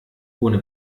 ohne